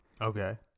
Okay